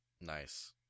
nice